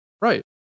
right